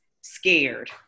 scared